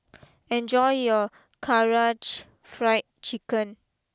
enjoy your Karaage Fried Chicken